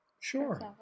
Sure